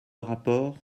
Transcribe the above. rapport